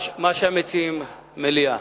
מה שהמציעים, מליאה,